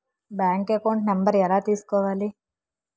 Bank account number ఎలా తీసుకోవాలి?